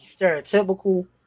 stereotypical